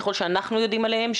ככל שאנחנו יודעים עליהם,